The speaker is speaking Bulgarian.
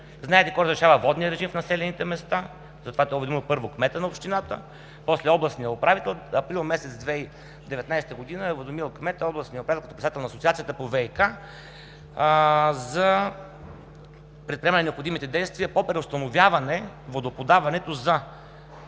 Знаете кой разрешава водния режим в населените места. Затова е уведомил, първо, кмета на общината, после областния управител. Април месец 2019 г. е уведомил кмета, областния управител като председател на Асоциацията по ВиК за предприемане на необходимите действия по преустановяване водоподаването за